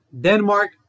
Denmark